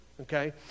Okay